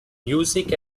music